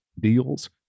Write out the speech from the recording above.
deals